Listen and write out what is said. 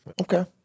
Okay